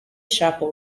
chapel